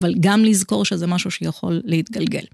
אבל גם לזכור שזה משהו שיכול להתגלגל.